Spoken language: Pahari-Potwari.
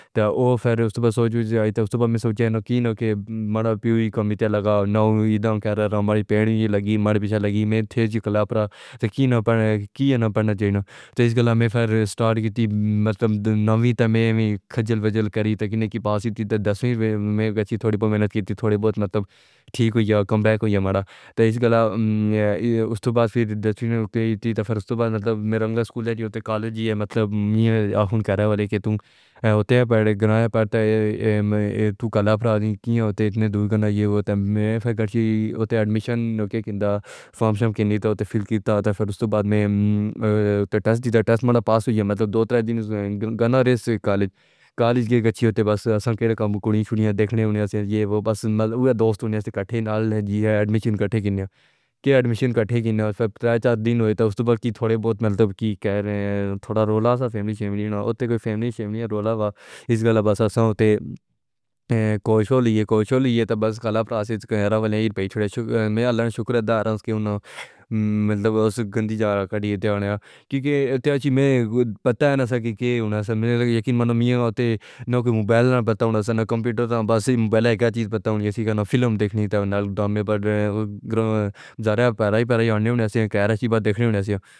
ور پھر صبح سوجھ جائیں گے۔ آئیے تو صبح سوچیں نا کیوں کہ منہ پیو ہی کمیٹے لگا نا وہ یہ دھام کرا رہا ہوں، میری بہن بھی لگی مرے پیچھے لگی میں تیز ہی کھلا ہے پرا سا کینا کیا ہے نا پڑھنا چاہیے نا اس کلہ میں پھر سٹارٹ کی تھی مطلب نویں تا میں بھی کھجل بجھل کریں تاکہ نہ کی پاس تھی دسویں میں تھوڑی سی محنت کی تھی تھوڑی بہت مطلب ٹھیک ہوئی یا کمبیک ہوئی ہے مرا اس کا مطلب اس کے بعد پھر دسویں نہیں رک گئی تھی۔ پھر اس کے بعد مرا مطلب میرا اس کا سکول ہے یا کالج ہے مطلب یہ آپ کا رہ والے کہ تُو ہوتا ہے اپنے گھر میں پڑتا ہے تُو کالا پھا دیتا ہے اتنی دوری کا یہ وہاں تا میں پھر گھر تھی، وہاں ادمیشن نو کر قیمتی فنکشن قیمتی فیل کرتا تھا، پھر اس کے بعد میں ٹیسٹ دی تھی، ٹیسٹ پاس ہوئی ہے مطلب دو تین دن گانا ریلیز کالج کالج کے پچھلے بس سن کے کام کوڑی چھڑیاں دیکھنے آنے سے یہ وہ پسند ہوا دوست نے کہا کہ نال جی اے ڈمیشن کٹھے کہنا کہ ڈمیشن کٹھے کہنا سے چار دن ہوئے تو توبہ کی تھوڑے بہت مطلب کی کہہ رہے ہیں تھوڑا رولا سا فیملی سے ملنا ہے وہ تے کوئی فیملی نہیں رولا اس کلہ بس آسان ہوتا ہے۔ کوشاں لیے کوشاں لی ہے تبصرة پراسس کو کہا رہا ہوں۔ پیچھڑے شکریہ مین اللہ شکرادار کے مطلب اس گندی جائے کے دھیان کیونکہ تھیڈ چینگ میں بتا نہ سکتے ہیں مگر یقین مانو نہ کئی موبائل نہ بتا سا نہ کمپیوٹر تا باسی موبائل ایک چیز بتا سکی گا نہ فلم دیکھنی تھی نال ہمیں برا جاری اپنی ہی آنے والی سی کہ رشیو دیکھنی ہونی چاہیے۔